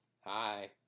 Hi